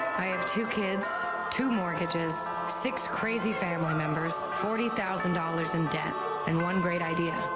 i have two kids, two mortgages, six crazy family members, forty thousand dollars in debt in one great idea.